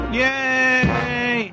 yay